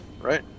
right